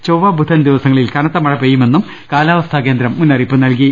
ചൊവ്വ ബുധൻ ദിവസങ്ങളിൽ കനത്ത മഴ പെയ്യുമെന്നും കാലാവസ്ഥാ കേന്ദ്രം മുന്നറിയിപ്പ് നൽകി